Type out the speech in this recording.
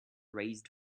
raised